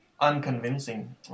unconvincing